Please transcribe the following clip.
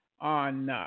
on